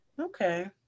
Okay